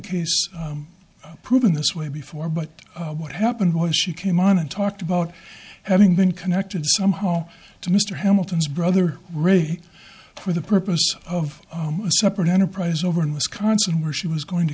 case proven this way before but what happened was she came on and talked about having been connected somehow to mr hamilton's brother ray for the purpose of a separate enterprise over in wisconsin where she was going to